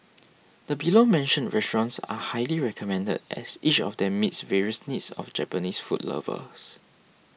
the below mentioned restaurants are highly recommended as each of them meets various needs of Japanese food lovers